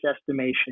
estimation